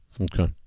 Okay